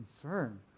concern